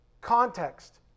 context